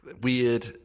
weird